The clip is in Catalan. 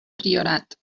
priorat